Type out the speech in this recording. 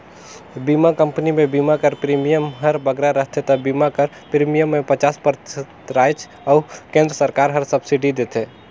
बीमा कंपनी में बीमा कर प्रीमियम हर बगरा रहथे ता बीमा कर प्रीमियम में पचास परतिसत राएज अउ केन्द्र सरकार हर सब्सिडी देथे